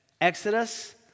Exodus